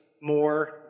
more